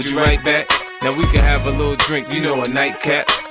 write back? now we can have a little drink you know a nightcap